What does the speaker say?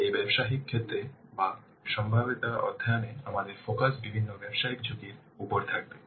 এই ব্যবসায়িক ক্ষেত্রে বা সম্ভাব্যতা অধ্যয়ন এ আমাদের ফোকাস বিভিন্ন ব্যবসায়িক ঝুঁকির উপর থাকবে